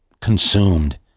consumed